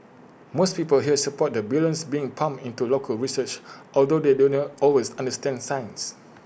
most people here support the billions being pumped into local research although they do not always understand science